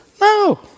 No